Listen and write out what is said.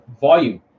volume